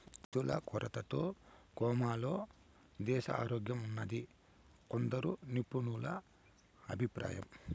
నిధుల కొరతతో కోమాలో దేశారోగ్యంఉన్నాదని కొందరు నిపుణుల అభిప్రాయం